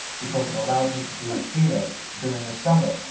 because it allows me to do theatre during the summer.